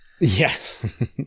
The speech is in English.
Yes